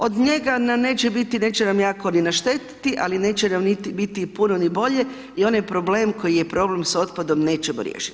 Od njega nam neće biti, neće nam jako ni naštetiti ali neće nam niti biti puno ni bolje i onaj problem koji je problem s otpadom nećemo riješiti.